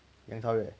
杨超越